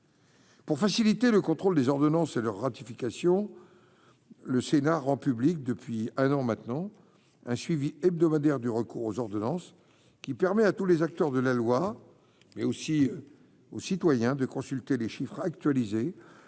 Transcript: Pour faciliter le contrôle des ordonnances et leur ratification le Sénat rend public depuis un an maintenant, un suivi hebdomadaire du recours aux ordonnances qui permet à tous les acteurs de la loi, mais aussi aux citoyens de consulter les chiffres actualisés.